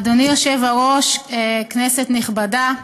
אדוני היושב-ראש, כנסת נכבדה,